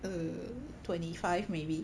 err twenty five maybe